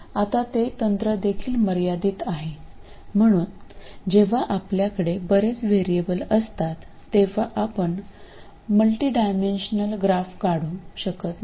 आता ते तंत्र देखील मर्यादित आहे म्हणून जेव्हा आपल्याकडे बरेच व्हेरिएबल असतात तेव्हा आपण मल्टीडायमेन्शनल ग्राफ काढू शकत नाही